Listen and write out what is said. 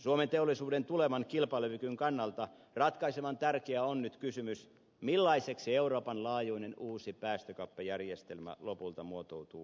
suomen teollisuuden tulevan kilpailukyvyn kannalta ratkaisevan tärkeää on nyt kysymys millaiseksi euroopan laajuinen uusi päästökauppajärjestelmä lopulta muotoutuu